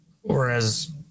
Whereas